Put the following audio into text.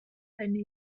thynnu